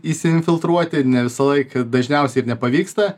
įsiinfiltruoti ne visąlaik dažniausiai ir nepavyksta